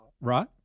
right